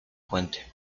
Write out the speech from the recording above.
puente